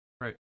Right